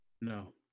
No